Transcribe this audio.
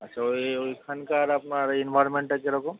আচ্ছা ওই ওইখানকার আপনার এনভায়ারমেন্টটা কিরকম